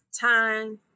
time